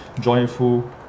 joyful